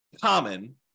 common